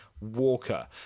Walker